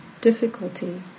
difficulty